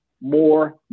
more